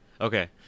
Okay